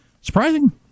surprising